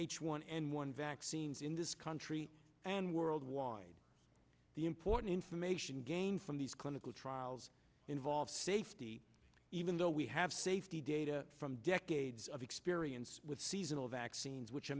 h one n one vaccines in this country and worldwide the important information gained from these clinical trials involves safety even though we have safety data from decades of experience with seasonal vaccines which are